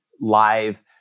live